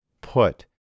put